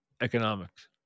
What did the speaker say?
economics